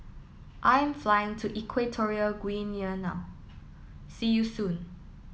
I'm flying to Equatorial Guinea now see you soon